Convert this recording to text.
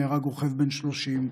נהרג רוכב בן 30,